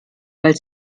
weil